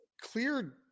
clear